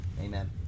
Amen